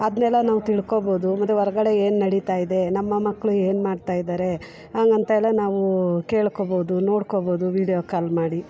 ಅದನ್ನೆಲ್ಲ ನಾವು ತಿಳ್ಕೊಬೋದು ಮತ್ತು ಹೊರ್ಗಡೆ ಏನು ನಡಿತಾಯಿದೆ ನಮ್ಮ ಮಕ್ಕಳು ಏನು ಮಾಡ್ತಾಯಿದ್ದಾರೆ ಹಂಗಂತ ಎಲ್ಲ ನಾವು ಕೇಳ್ಕೊಬೋದು ನೋಡ್ಕೊಬೋದು ವೀಡಿಯೋ ಕಾಲ್ ಮಾಡಿ